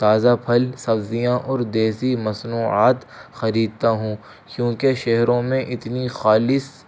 تازہ پھل سبزیاں اور دیسی مصنوعات خریدتا ہوں کیونکہ شہروں میں اتنی خالص